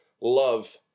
love